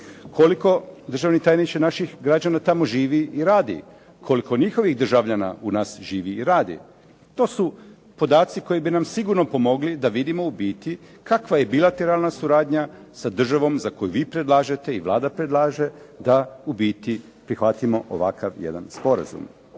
koliko državni tajniče naših građana tamo živi i radi, koliko njihovih državljana u nas živi i radi, to su podaci koji bi nam sigurno pomogli da vidimo u biti kakva je bilateralna suradnja sa državom za koju vi predlažete i Vlada predlaže da u biti prihvatimo ovakav jedan sporazum.